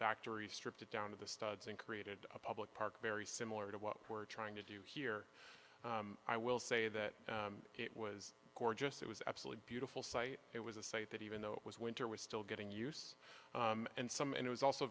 factory stripped it down to the studs and created a public park very similar to what we're trying to do here i will say that it was gorgeous it was absolutely beautiful sight it was a sight that even though it was winter was still getting use and some it was also